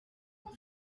hier